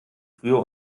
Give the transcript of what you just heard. früher